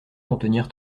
contenir